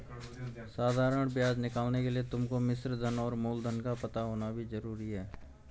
साधारण ब्याज निकालने के लिए तुमको मिश्रधन और मूलधन का पता होना भी जरूरी है